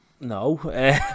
No